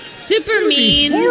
super mean.